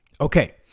Okay